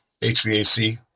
HVAC